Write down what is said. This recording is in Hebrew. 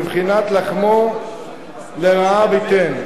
בבחינת "לחמו לרעב ייתן".